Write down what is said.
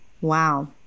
Wow